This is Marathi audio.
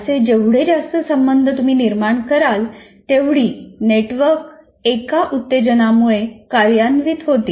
असे जेवढे जास्त संबंध तुम्ही निर्माण कराल तेवढी नेटवर्क एका उत्तेजनामुळे कार्यान्वित होतील